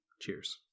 cheers